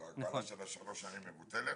אז ההגדרה של שלוש השנים מבוטלת?